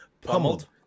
Pummeled